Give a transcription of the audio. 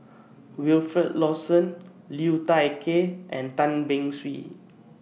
Wilfed Lawson Liu Thai Ker and Tan Beng Swee